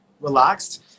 relaxed